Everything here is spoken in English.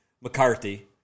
McCarthy